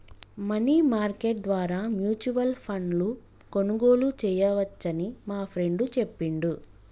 money market ద్వారా mutual ఫండ్ను కొనుగోలు చేయవచ్చని మా ఫ్రెండు చెప్పిండు